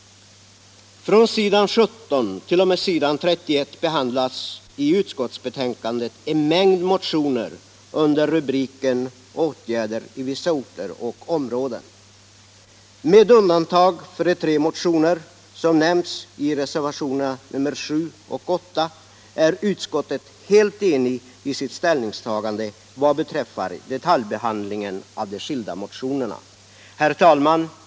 Från s. 171. o. m. s. 31 behandlas i utskottsbetänkandet en mängd motioner under rubriken Åtgärder i vissa orter och områden. Med undantag för de tre motioner som nämns i reservationerna 7 och 8 är utskottet helt enigt i sitt ställningstagande betr. detaljbehandlingen av de skilda motionerna. Herr talman!